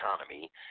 economy